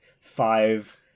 five